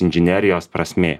inžinerijos prasmė